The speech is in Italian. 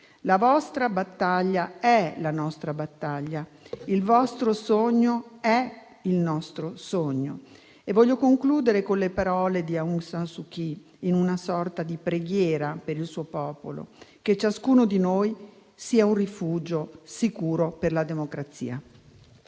La vostra battaglia è la nostra battaglia. Il vostro sogno è il nostro sogno". Voglio concludere con le parole di Aung San Suu Kyi, in una sorta di preghiera per il suo popolo: "Ciascuno di noi sia un rifugio sicuro per la democrazia".